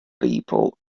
people